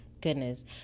goodness